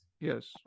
Yes